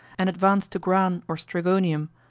and advanced to gran or strigonium,